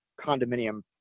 condominium